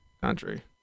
Country